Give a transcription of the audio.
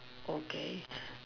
okay